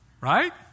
Right